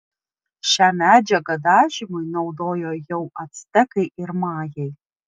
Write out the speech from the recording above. šią medžiagą dažymui naudojo jau actekai ir majai